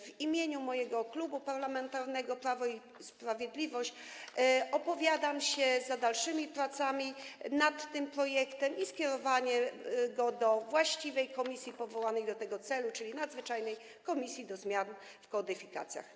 W imieniu Klubu Parlamentarnego Prawo i Sprawiedliwość opowiadam się za dalszymi pracami nad tym projektem i skierowaniem go do właściwej komisji powołanej do tego celu, czyli Komisji Nadzwyczajnej do spraw zmian w kodyfikacjach.